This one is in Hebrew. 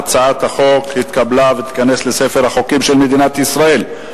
הצעת החוק התקבלה ותיכנס לספר החוקים של מדינת ישראל.